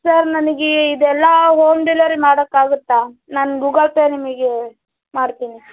sir ನನಿಗೆ ಇದೆಲ್ಲ home delivery ಮಾಡಕಾಗುತ್ತಾ ನಾನು ಗೂಗಲ್ ಪೇ ನಿಮಗೆ ಮಾಡ್ತೀನಿ